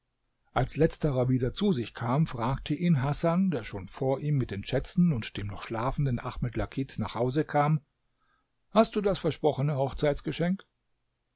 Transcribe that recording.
als letzterer wieder zu sich kam fragte ihn hasan der schon vor ihm mit den schätzen und dem noch schlafenden ahmed lakit nach hause kam hast du das versprochene hochzeitgeschenk